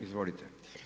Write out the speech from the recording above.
Izvolite.